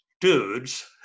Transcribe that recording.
dudes